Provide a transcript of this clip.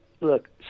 look